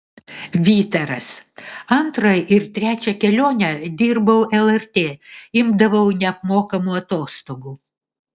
vytaras antrą ir trečią kelionę dirbau lrt imdavau neapmokamų atostogų